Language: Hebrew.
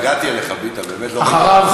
אחריו,